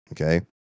okay